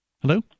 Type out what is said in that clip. Hello